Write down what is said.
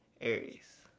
Aries